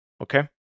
okay